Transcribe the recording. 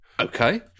Okay